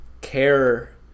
care